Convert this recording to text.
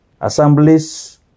assemblies